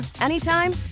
anytime